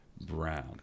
Brown